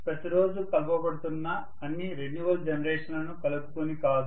ప్రతిరోజూ కలపడుతున్న అన్ని రెన్యువల్ జనరేషన్ లను కలుపుకొని కాదు